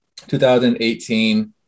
2018